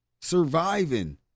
surviving